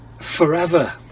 forever